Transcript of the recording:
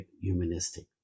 humanistic